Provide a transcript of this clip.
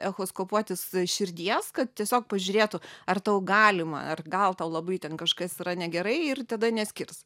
echoskopuotis širdies kad tiesiog pažiūrėtų ar tau galima ar gal tau labai ten kažkas yra negerai ir tada neskirs